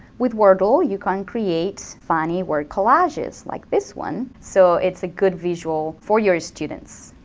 with wordle you can create funny word collages like this one. so it's a good visual for your students.